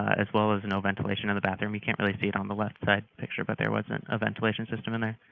as well as no ventilation in the bathroom. you can't really see it on the left-side picture, but there wasn't a ventilation system and there.